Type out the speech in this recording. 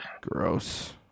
Gross